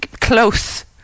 close